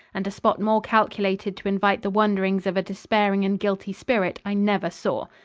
and a spot more calculated to invite the wanderings of a despairing and guilty spirit, i never saw.